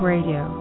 Radio